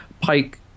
Pike